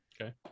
Okay